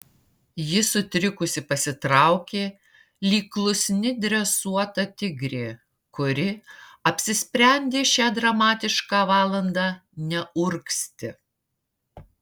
ji sutrikusi pasitraukė lyg klusni dresuota tigrė kuri apsisprendė šią dramatišką valandą neurgzti